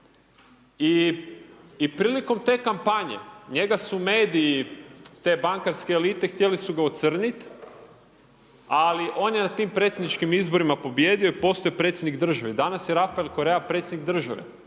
i prilikom te kampanje, njega su mediji, te bankarske elite, htjeli su ga ocrnit, ali on je na tim predsjedničkim izborima pobijedio i postao je predsjednik države. Danas je Rafael Korea predsjednik države,